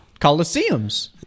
Colosseums